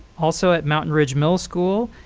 also at mountain ridge middle school,